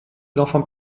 d’enfant